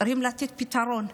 צריכים לתת פתרון.